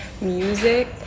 music